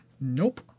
Nope